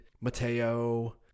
Mateo